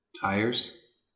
Tires